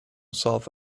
south